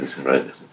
Right